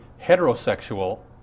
heterosexual